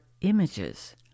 images